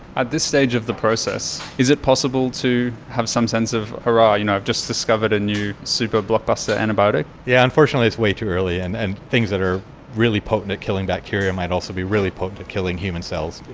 at this stage of the process, is it possible to have some sense of, hurrah, you know i've just discovered a new super blockbuster antibiotic'? yeah unfortunately it's way too early and and things that are really potent at killing bacteria might also be really potent at killing human cells.